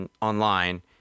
online –